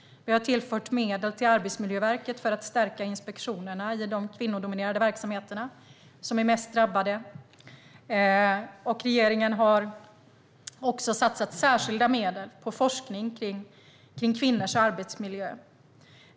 Vi har tillfört medel till Arbetsmiljöverket för att stärka inspektionerna i de kvinnodominerade verksamheterna, som är mest drabbade. Regeringen har också satsat särskilda medel på forskning om kvinnors arbetsmiljö.